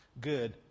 good